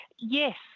Yes